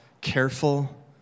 careful